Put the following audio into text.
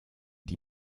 die